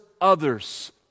others